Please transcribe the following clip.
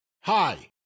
Hi